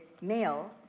male